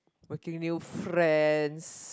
making new friends